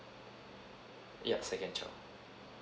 yes second child